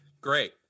Great